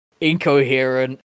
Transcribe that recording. incoherent